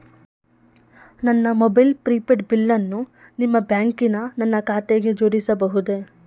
ನನ್ನ mobile prepaid ಬಿಲ್ಲನ್ನು ನಿಮ್ಮ ಬ್ಯಾಂಕಿನ ನನ್ನ ಖಾತೆಗೆ ಜೋಡಿಸಬಹುದೇ?